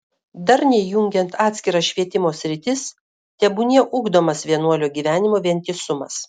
darniai jungiant atskiras švietimo sritis tebūnie ugdomas vienuolio gyvenimo vientisumas